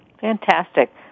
Fantastic